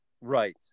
Right